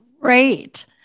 Great